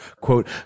quote